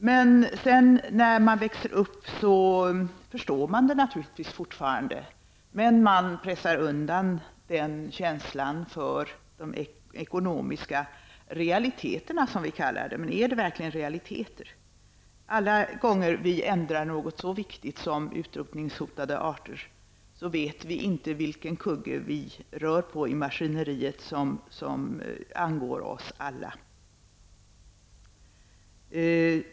När man sedan växer upp förstår man det naturligtvis fortfarande, men med hänsyn till de ekonomiska realiteterna, som vi kallar det, pressar man undan den känslan. Men är det verkligen realiteter? Varje gång som vi ändrar något när det gäller något så viktigt som utrotningshotade arter vet vi inte riktigt vilken kugge vi rör vid i det maskineri som angår oss alla.